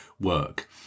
work